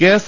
KS